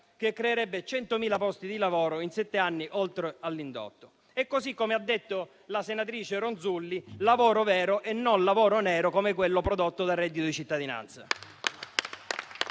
che creerebbe 100.000 posti di lavoro in sette anni, oltre all'indotto. Così come ha detto la senatrice Ronzulli, lavoro vero e non lavoro nero, come quello prodotto dal reddito di cittadinanza.